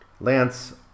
Lance